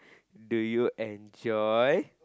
do you enjoy